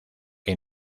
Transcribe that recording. que